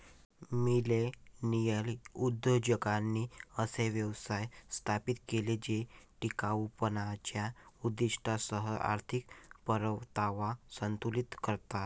millennial उद्योजकांनी असे व्यवसाय स्थापित केले जे टिकाऊपणाच्या उद्दीष्टांसह आर्थिक परतावा संतुलित करतात